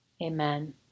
Amen